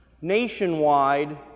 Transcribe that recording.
Nationwide